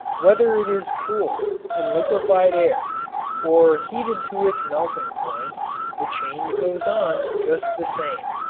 whether it is cooled in liquefied air or heated to its melting point the change goes on just the same.